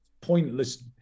pointless